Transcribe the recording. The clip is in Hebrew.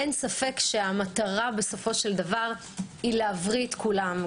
אין ספק שהמטרה בסופו של דבר היא להבריא את כולם,